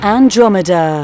Andromeda